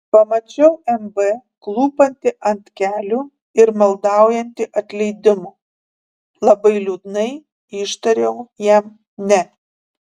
pamačiau mb klūpantį ant kelių ir maldaujantį atleidimo labai liūdnai ištariau jam ne